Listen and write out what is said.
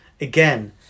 again